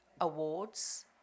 awards